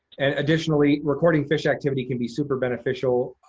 and additionally, recording fish activity can be super beneficial.